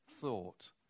thought